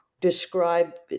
describe